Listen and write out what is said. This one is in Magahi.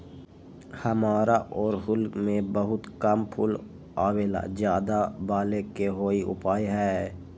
हमारा ओरहुल में बहुत कम फूल आवेला ज्यादा वाले के कोइ उपाय हैं?